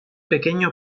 pequeño